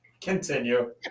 Continue